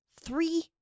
three